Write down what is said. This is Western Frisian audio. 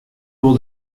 wol